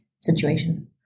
situation